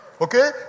Okay